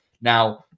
Now